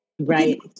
Right